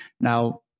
Now